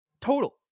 total